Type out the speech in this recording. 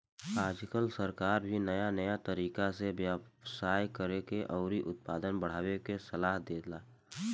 आजकल सरकार भी नाया नाया तकनीक से व्यवसाय करेके अउरी उत्पादन बढ़ावे के सालाह देता